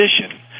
position